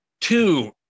two